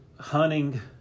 hunting